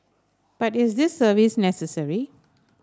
but is this service necessary